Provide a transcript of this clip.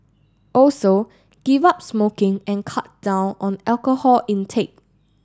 also give up smoking and cut down on alcohol intake